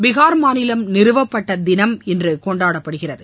பீகா் மாநிலம் நிறுவப்பட்ட தினம் இன்று கொண்டாடப்படுகிறது